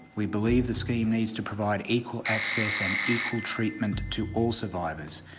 we believe the scheme needs to provide equal access and equal treatment to all survivors,